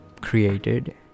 created